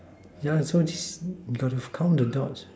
yeah so this you got to count the dots